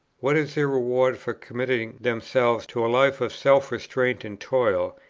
what is their reward for committing themselves to a life of self-restraint and toil,